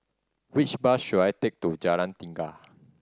which bus should I take to Jalan Tiga